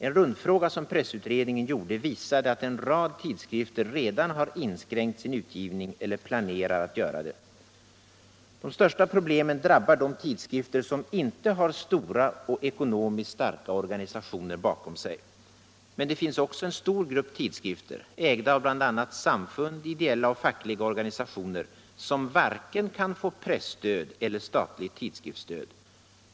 En rundfråga som pressutredningen gjorde visade att en rad tidskrifter redan inskränkt sin utgivning eller planerar att göra det. De största problemen drabbar de tidskrifter som inte har stora och ekonomiskt starka organisationer bakom sig. Men det finns också en stor grupp tidskrifter — ägda av bl.a. samfund, ideella och fackliga organisationer — som varken kan få presstöd eller statligt tidskriftsstöd.